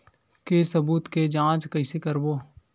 के सबूत के जांच कइसे करबो?